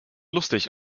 lustig